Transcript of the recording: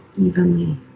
evenly